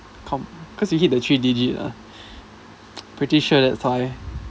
con~ cause you hit the three digit lah pretty sure that's why